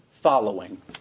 following